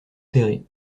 serré